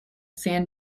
san